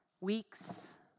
weeks